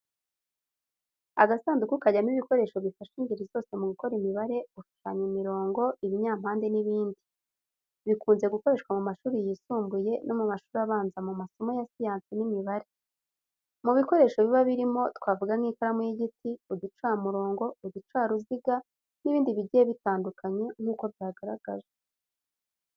Agasanduku kajyamo ibikoresho bifasha ingeri zose mu gukora imibare, gushushanya imirongo, ibinyampande n’ibindi. Bikunze gukoreshwa mu mashuri yisumbuye no mu mashuri abanza mu masomo ya siyansi n'imibare. Mu bikoresho biba birimo twavuga nk’ikaramu y'igiti, uducamurongo, uducaruziga n’ibindi bigiye bitandukanye nk'uko byagaragajwe.